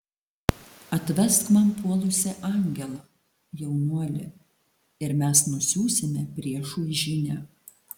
atvesk man puolusį angelą jaunuoli ir mes nusiųsime priešui žinią